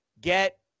get